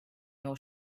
your